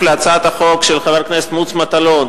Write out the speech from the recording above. להצעת החוק של חבר הכנסת מוץ מטלון,